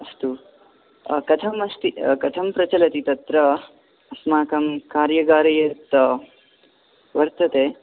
अस्तु कथम् अस्ति कथं प्रचलति तत्र अस्माकं कार्यगारे यत् वर्तते